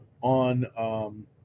on